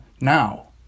now